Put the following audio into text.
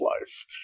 life